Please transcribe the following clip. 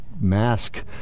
mask